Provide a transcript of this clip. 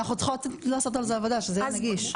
אנחנו צריכות לעשות על זה עבודה שזה יהיה נגיש.